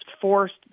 forced